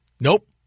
Nope